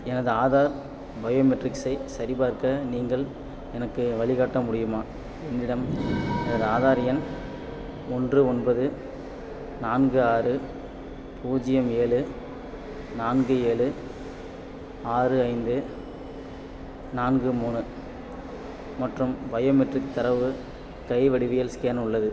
எனது ஆதார் பயோமெட்ரிக்ஸை சரிபார்க்க நீங்கள் எனக்கு வழிகாட்ட முடியுமா என்னிடம் எனது ஆதார் எண் ஒன்று ஒன்பது நான்கு ஆறு பூஜ்யம் ஏழு நான்கு ஏழு ஆறு ஐந்து நான்கு மூணு மற்றும் பயோமெட்ரிக் தரவு கை வடிவியல் ஸ்கேன் உள்ளது